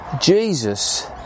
Jesus